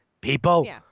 People